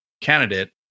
candidate